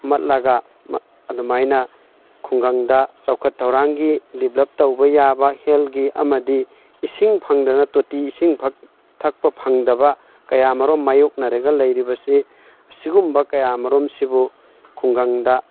ꯃꯠꯂꯒ ꯑꯗꯨꯃꯥꯏꯅ ꯈꯨꯡꯒꯪꯗ ꯆꯥꯎꯈꯠ ꯊꯧꯔꯥꯡꯒꯤ ꯗꯤꯕꯂꯞ ꯇꯧꯕ ꯌꯥꯕ ꯍꯦꯜꯊꯒꯤ ꯑꯃꯗꯤ ꯏꯁꯤꯡ ꯐꯪꯗꯗꯅ ꯇꯣꯇꯤ ꯏꯁꯤꯡ ꯊꯛꯄ ꯐꯪꯗꯕ ꯀꯌꯥꯃꯔꯨꯝ ꯃꯥꯏꯌꯣꯛꯅꯔꯒ ꯂꯩꯔꯤꯕꯁꯤ ꯑꯁꯤꯒꯨꯝꯕ ꯀꯌꯥ ꯃꯔꯨꯝꯁꯤꯕꯨ ꯈꯨꯡꯒꯪꯗ